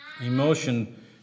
emotion